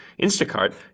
Instacart